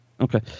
Okay